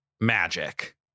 magic